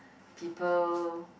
people